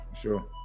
Sure